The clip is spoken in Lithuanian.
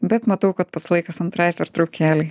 bet matau kad pats laikas antrai pertraukėlei